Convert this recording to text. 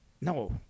No